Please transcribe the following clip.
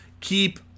Keep